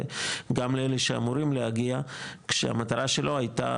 וגם לאלו שאמורים להגיע כשהמטרה שלו הייתה,